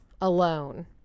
alone